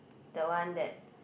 the one that